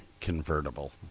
convertible